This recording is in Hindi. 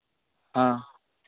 हाँ